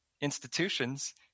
institutions